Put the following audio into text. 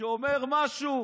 כשאומר משהו